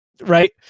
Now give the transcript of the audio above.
right